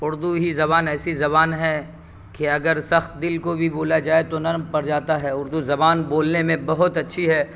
اردو ہی زبان ایسی زبان ہے کہ اگر سخت دل کو بھی بولا جائے تو نرم پڑ جاتا ہے اردو زبان بولنے میں بہت اچھی ہے